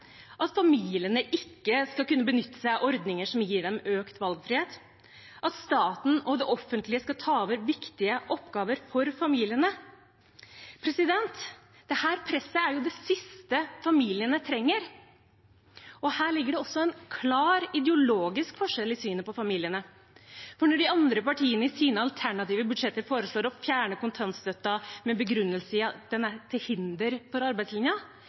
at familiene ikke skal kunne benytte seg av ordninger som gir dem økt valgfrihet, og at staten og det offentlige skal ta over viktige oppgaver for familiene. Dette presset er jo det siste familiene trenger. Her ligger det også en klar ideologisk forskjell i synet på familiene, for når de andre partiene i sine alternative budsjetter foreslår å fjerne kontantstøtten med begrunnelse i at den er til hinder for arbeidslinja,